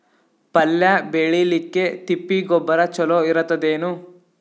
ಪಲ್ಯ ಬೇಳಿಲಿಕ್ಕೆ ತಿಪ್ಪಿ ಗೊಬ್ಬರ ಚಲೋ ಇರತದೇನು?